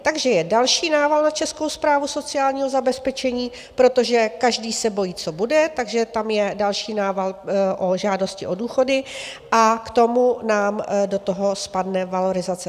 Takže je další nával na Českou správu sociálního zabezpečení, protože každý se bojí, co bude, takže tam je další nával o žádosti o důchody, a k tomu nám do toho spadne valorizace.